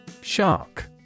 Shark